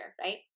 right